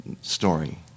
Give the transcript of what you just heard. story